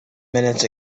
minutes